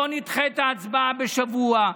בואו נדחה את ההצבעה בשבוע.